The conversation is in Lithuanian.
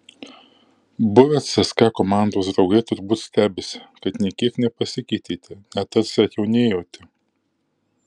buvę cska komandos draugai turbūt stebisi kad nė kiek nepasikeitėte net tarsi atjaunėjote